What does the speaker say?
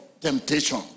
temptation